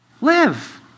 live